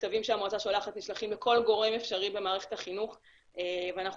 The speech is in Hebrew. המכתבים שהמועצה שולחת נשלחים לכל גורם אפשרי במערכת החינוך ואנחנו